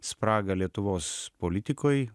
spragą lietuvos politikoj